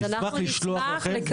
אני אשמח לשלוח לכם.